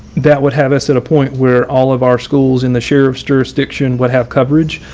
that would have us at a point where all of our schools in the sheriff's jurisdiction would have coverage.